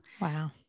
Wow